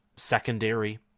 Secondary